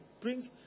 bring